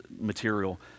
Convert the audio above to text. material